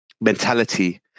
mentality